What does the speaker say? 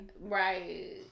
Right